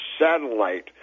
satellite